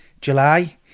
July